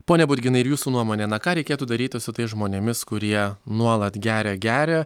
ponia burginai ir jūsų nuomone na ką reikėtų daryti su tais žmonėmis kurie nuolat geria geria